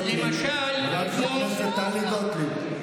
למשל, כמו, חברת הכנסת טלי גוטליב.